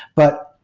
but,